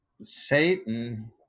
Satan